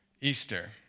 Easter